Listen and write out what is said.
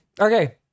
okay